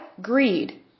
Greed